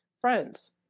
Friends